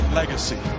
legacy